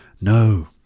No